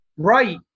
Right